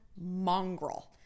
mongrel